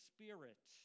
Spirit